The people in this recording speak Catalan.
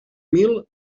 mil